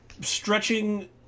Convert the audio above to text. stretching